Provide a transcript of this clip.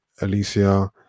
Alicia